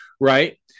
right